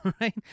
right